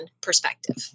perspective